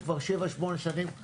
שרים בלי תיק,